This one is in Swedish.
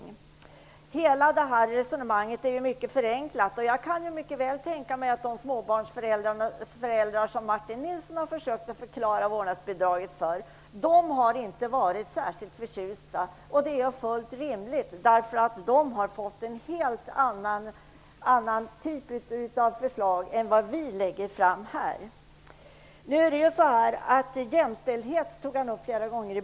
Hela det här resonemanget är mycket förenklat. Jag kan mycket väl tänka mig att de småbarnsföräldrar som Martin Nilsson har försökt förklara vårdnadsbidraget för inte är särskilt förtjusta. Det är fullt rimligt, därför att de har fått en beskrivning av en helt annan typ av förslag än det vi lägger fram här. Martin Nilsson tog flera gånger upp jämställdheten.